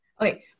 Okay